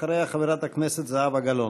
אחריה, חברת הכנסת זהבה גלאון.